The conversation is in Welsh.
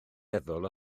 meddwl